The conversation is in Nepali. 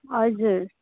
हजुर